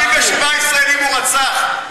67 ישראלים הוא רצח.